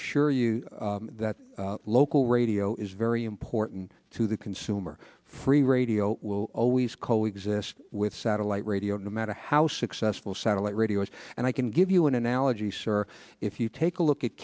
assure you that local radio is very important to the consumer free radio will always co exist with satellite radio no matter how successful satellite radios and i can give you an analogy sir if you take a look at